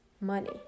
money